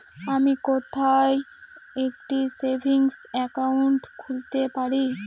আমি কোথায় একটি সেভিংস অ্যাকাউন্ট খুলতে পারি?